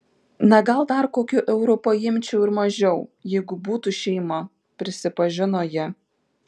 na gal dar kokiu euru paimčiau ir mažiau jeigu būtų šeima prisipažino ji